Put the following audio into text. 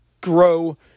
grow